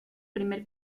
primer